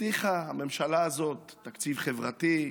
הבטיחה הממשלה הזאת תקציב חברתי,